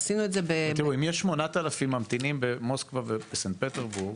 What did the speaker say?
עשינו את זה --- תראו אם יש כשמונה חודשי המתנה במוסקה ובסנט פטרבורג,